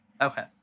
Okay